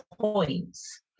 points